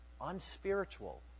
unspiritual